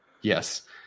Yes